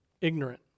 Ignorant